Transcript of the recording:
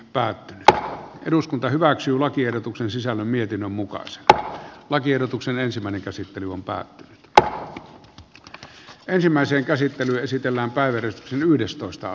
päätti eduskunta hyväksyy lakiehdotuksen sisällön mietinnön mukaan sitä kanssa se aina on pää tär ketkä ensimmäisen käsittely olisi tänä päivänä helpompaa